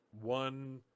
one